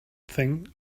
thing